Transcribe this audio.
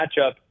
matchup